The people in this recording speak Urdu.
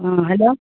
ہاں ہیلو